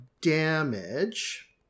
damage